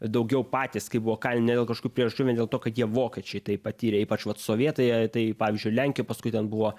daugiau patys kai buvo kalinami dėl kažkokių priežasčių vien dėl to kad jie vokiečiai tai patyrė ypač vat sovietai tai pavyzdžiui lenkija paskui ten buvo